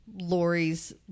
Lori's